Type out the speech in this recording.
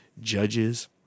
judges